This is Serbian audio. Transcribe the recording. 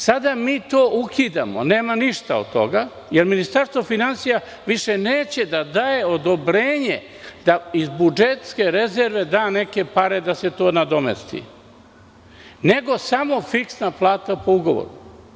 Sada mi to ukidamo, nema ništa od toga, jer Ministarstvo finansija više neće da daje odobrenje da iz budžetske rezerve da neke pare da se to nadomesti, nego samo fiksna plata po ugovoru.